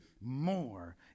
more